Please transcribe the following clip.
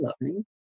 loving